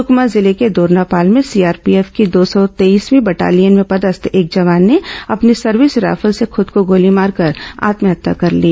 सुकमा जिले के दोरनापाल में सीआरपीएफ की दो सौ तेईसवीं बटालियन में पदस्थ एक जवान ने अपनी सर्विस रायफल से खुद को गोली मारकर आत्महत्या कर ली